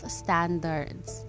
standards